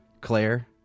Claire